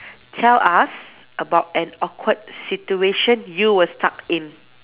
tell us about an awkward situation you were stuck in